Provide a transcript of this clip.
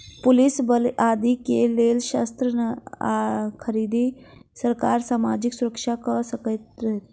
police बल आदि के लेल शस्त्र खरीद, सरकार सामाजिक सुरक्षा कर सँ करैत अछि